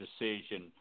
decision